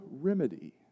remedy